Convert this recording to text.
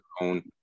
own